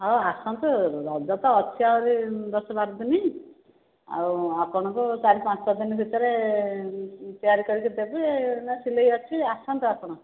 ହେଉ ଆସନ୍ତୁ ରଜ ତ ଅଛି ଆହୁରି ଦଶ ବାରଦିନ ଆଉ ଆପଣଙ୍କୁ ଚାରି ପାଞ୍ଚଦିନ ଭିତରେ ତିଆରି କରିକି ଦେବି ସିଲେଇ ଅଛି ଆସନ୍ତୁ ଆପଣ